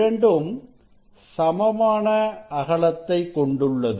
இரண்டும் சமமான அகலத்தை கொண்டுள்ளது